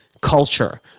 culture